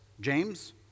James